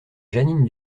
jeanine